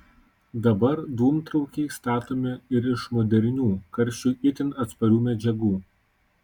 dabar dūmtraukiai statomi ir iš modernių karščiui itin atsparių medžiagų